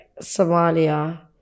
Somalia